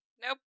Nope